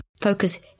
focus